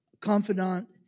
confidant